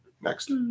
Next